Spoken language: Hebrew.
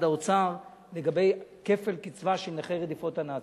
האוצר לגבי כפל קצבה של נכי רדיפות הנאצים.